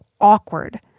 awkward